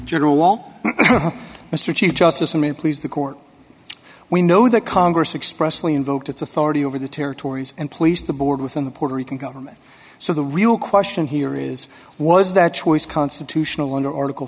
general while mr chief justice i mean please the court we know that congress expressly invoked its authority over the territories and policed the board within the puerto rican government so the real question here is was that choice constitutional under article